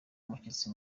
umushyitsi